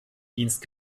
dienst